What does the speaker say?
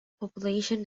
population